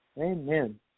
Amen